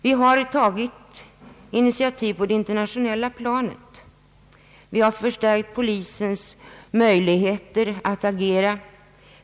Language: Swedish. Vi har tagit initiativ på det internationella planet. Vi har förstärkt polisens möjligheter att agera.